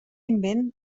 invent